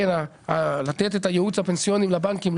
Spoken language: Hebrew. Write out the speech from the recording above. לתת את הייעוץ הפנסיוני לבנקים,